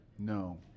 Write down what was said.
No